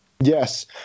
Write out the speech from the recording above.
Yes